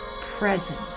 present